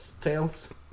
tails